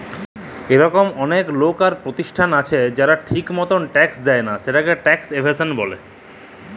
ইরকম অলেক লক আর পরতিষ্ঠাল আছে যারা ঠিক মতল ট্যাক্স দেয় লা, সেটকে ট্যাক্স এভাসল ব্যলে